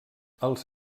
els